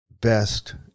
best